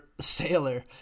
sailor